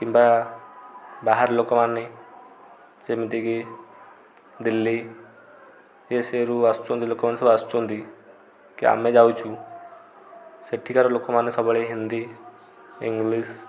କିମ୍ବା ବାହାର ଲୋକ ମାନେ ଯେମିତିକି ଦିଲ୍ଲୀ ଇଏ ସିଏରୁ ଆସୁଛନ୍ତି ଲୋକ ମାନେ ସବୁ ଆସୁଛନ୍ତି କି ଆମେ ଯାଉଛୁ ସେଠିକାର ଲୋକ ମାନେ ସବୁବେଳେ ହିନ୍ଦୀ ଇଂଲିଶ୍